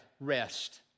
rest